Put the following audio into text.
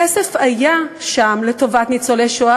כסף היה שם לטובת ניצולי שואה,